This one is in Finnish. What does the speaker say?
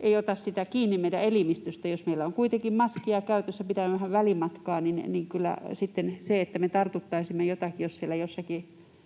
ei ota sitä kiinni meidän elimistöstämme ja meillä on kuitenkin maskeja käytössä, pidämme vähän välimatkaa, niin kyllä sitten se, että me tartuttaisimme jotakin, jos siellä jossakin